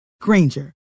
Granger